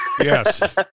Yes